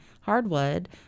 hardwood